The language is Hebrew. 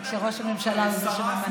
רק שראש הממשלה הוא זה שממנה.